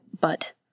But